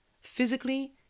physically